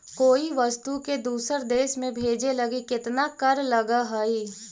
कोई वस्तु के दूसर देश में भेजे लगी केतना कर लगऽ हइ?